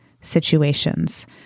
situations